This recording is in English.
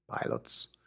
pilots